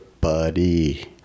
buddy